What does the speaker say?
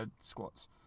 squats